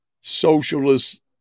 socialist